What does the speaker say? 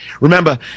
Remember